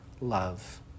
love